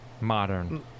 modern